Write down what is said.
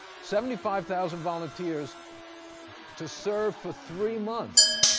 seventy five thousand volunteers to serve for three months.